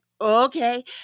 okay